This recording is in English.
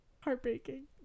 Heartbreaking